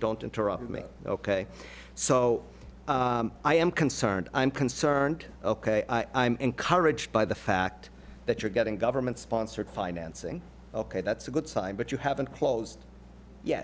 don't interrupt me ok so i am concerned i'm concerned ok i'm encouraged by the fact that you're getting government sponsored financing ok that's a good sign but you haven't closed ye